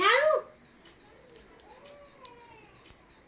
form भरून internet banking साठी अर्ज करा